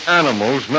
animals